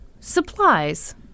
supplies